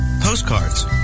postcards